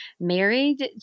married